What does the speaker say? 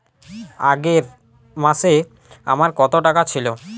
আগের মাসে আমার কত টাকা ছিল?